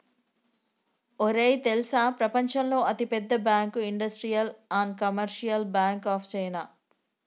ఒరేయ్ తెల్సా ప్రపంచంలో అతి పెద్ద bank industrial and commercial bank of China